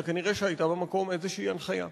אלא כנראה היתה במקום איזו הנחיה.